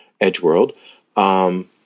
Edgeworld